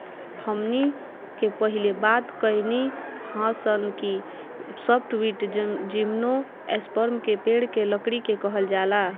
हमनी के पहिले बात कईनी हासन कि सॉफ्टवुड जिम्नोस्पर्म के पेड़ के लकड़ी के कहल जाला